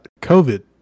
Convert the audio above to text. COVID